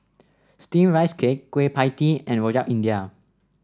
steamed Rice Cake Kueh Pie Tee and Rojak India